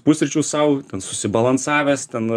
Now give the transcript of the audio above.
pusryčius sau ten susibalansavęs ten